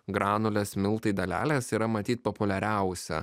granulės miltai dalelės yra matyt populiariausi